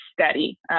steady